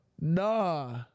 Nah